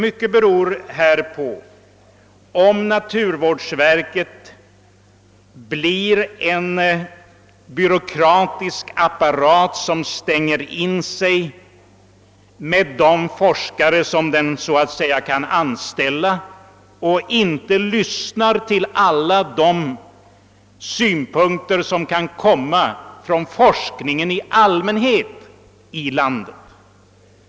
Mycket beror på huruvida naturvårdsverket blir en byråkratisk apparat som stänger in sig med de forskare som det, så att säga, kan anställa och inte lyssnar till alla de synpunkter som kan komma från forskningen i allmänhet i landet.